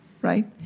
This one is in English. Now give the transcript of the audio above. Right